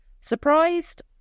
Surprised